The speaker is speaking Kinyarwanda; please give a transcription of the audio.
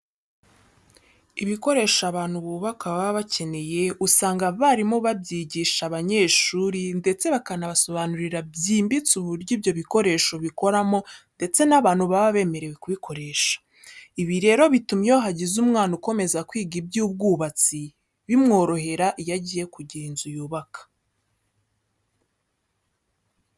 Ibikoresho abantu bubaka baba bakeneye usanga abarimu babyigisha abanyeshuri ndetse bakanabasobanurira byimbitse uburyo ibyo bikoresho bikoramo ndetse n'abantu baba bemerewe kubikoresha. Ibi rero bituma iyo hagize umwana ukomeza kwiga iby'ubwubatsi bimworohera iyo agiye kugira inzu yubaka.